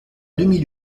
demi